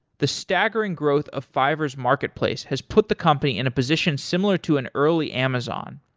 the staggering growth of fiverr s marketplace has put the company in a position similar to an early amazon.